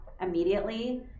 immediately